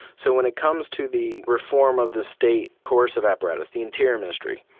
so when it comes to the reform of the state course of apparatus, the interior ministry,